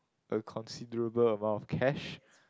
a considerable amount of cash